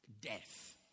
Death